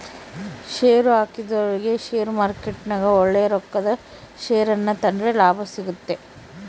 ಷೇರುಹಾಕಿದೊರಿಗೆ ಷೇರುಮಾರುಕಟ್ಟೆಗ ಒಳ್ಳೆಯ ರೊಕ್ಕಕ ಷೇರನ್ನ ತಾಂಡ್ರೆ ಲಾಭ ಸಿಗ್ತತೆ